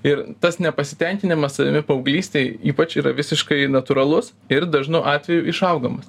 ir tas nepasitenkinimas savimi paauglystėj ypač yra visiškai natūralus ir dažnu atveju išaugamas